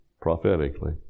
prophetically